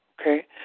Okay